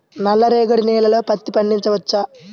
నల్ల రేగడి నేలలో పత్తి పండించవచ్చా?